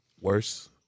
Worse